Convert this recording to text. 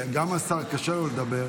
גם קשה לשר לדבר,